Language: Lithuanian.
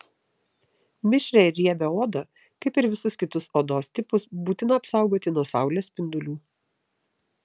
mišrią ir riebią odą kaip ir visus kitus odos tipus būtina apsaugoti nuo saulės spindulių